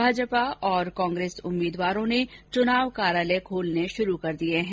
भाजपा और कांग्रेस के उम्मीदवारों ने चुनाव कार्यालय खोलने शुरू कर दिए हैं